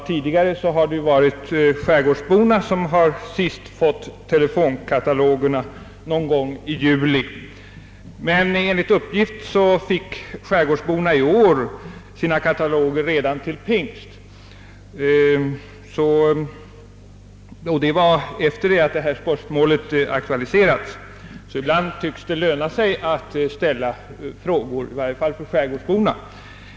Tidigare har skärgårdsborna varit de abonnenter som fått telefonkatalogerna sist — någon gång i juli — men enligt uppgift utdelades dessa i år redan till pingst. Det inträffade sedan detta spörsmål aktualiserats. Ibland tycks det alltså löna sig att ställa frågor, i varje fall för skärgårdsborna.